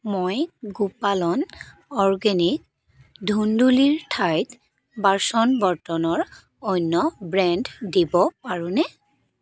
মই গোপালন অ'ৰ্গেনিক ধুন্দুলিৰ ঠাইত বাচন বৰ্তনৰ অন্য ব্ৰেণ্ড দিব পাৰোঁনে